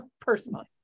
personally